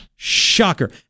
Shocker